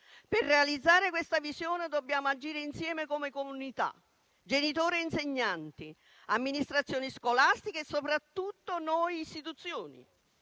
Per realizzare questa visione dobbiamo agire insieme come comunità, genitori e insegnanti, amministrazioni scolastiche e soprattutto noi istituzioni,